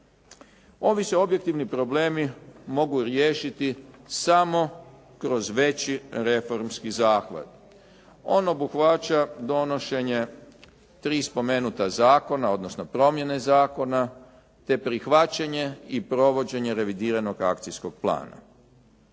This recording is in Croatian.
Ovi se objektivni problemi mogu riješiti samo kroz veći reformski zahvat. On obuhvaća donošenje tri spomenuta zakona, odnosno promjene zakona te prihvaćanje i provođenje revidiranog akcijskog plana.